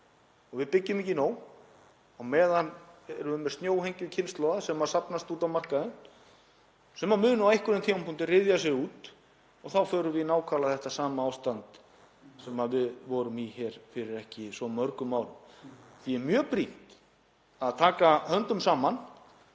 Við byggjum ekki nóg. Á meðan erum við með snjóhengju kynslóða sem safnast upp úti á markaðnum og mun á einhverjum tímapunkti ryðja sér út og þá förum við í nákvæmlega sama ástand og við vorum í fyrir ekki svo mörgum árum. Því er mjög brýnt að taka höndum saman